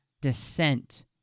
descent